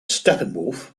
steppenwolf